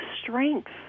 strength